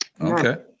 Okay